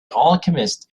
alchemist